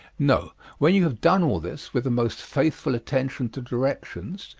no, when you have done all this, with the most faithful attention to directions,